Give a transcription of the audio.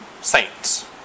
saints